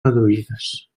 reduïdes